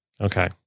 Okay